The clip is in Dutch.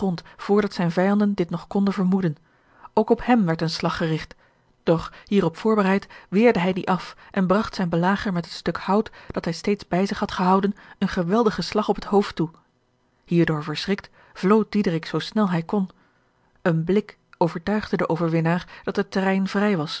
vrdat zijne vijanden dit nog konden vermoeden ook op hem werd een slag gerigt doch hierop voorbereid weerde hij dien af en bragt zijn belager met het stuk hout dat hij steeds bij zich had gehouden een geweldigen slag op het hoofd toe hierdoor verschrikt vlood diederik zoo snel hij kon een blik overtuigde den overwinnaar dat het terrein vrij was